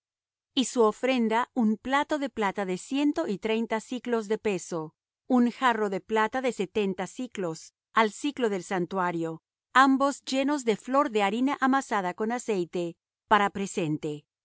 y su ofrenda un plato de plata de ciento y treinta siclos de peso un jarro de plata de setenta siclos al siclo del santuario ambos llenos de flor de harina amasada con aceite para presente